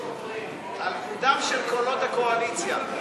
התשע"ה 2015, לוועדת הכלכלה נתקבלה.